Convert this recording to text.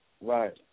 right